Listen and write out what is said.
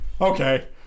okay